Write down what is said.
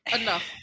enough